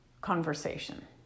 conversation